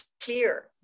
clear